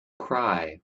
cry